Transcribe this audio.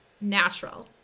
natural